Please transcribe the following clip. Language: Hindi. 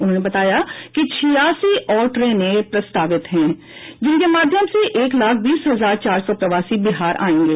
उन्होंने बताया कि छियासी और ट्रेन प्रस्तावित हैं जिनके माध्यम से एक लाख बीस हजार चार सौ प्रवासी बिहार आयेंगे